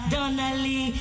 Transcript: Donnelly